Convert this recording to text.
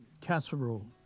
casserole